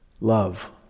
Love